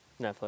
Netflix